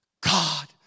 God